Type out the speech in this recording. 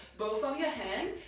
both on your hand,